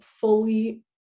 fully